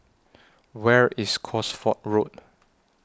Where IS Cosford Road